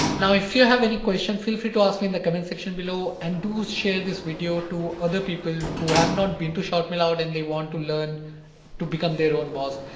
now, if you have any questions, feel free to ask me in the comment section below and do share this video to other people who have not been to shoutmeloud and they want to learn to become their own boss.